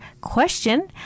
question